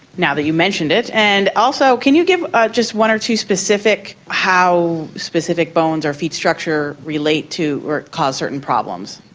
now that you mentioned it, and also can you give ah just one or two specific, how specific bones or feet structure relate to or cause certain problems?